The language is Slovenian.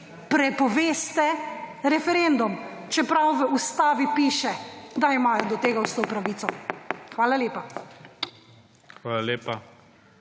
prepoveste referendum, čeprav v ustavi piše, da imajo do tega vso pravico. Hvala lepa.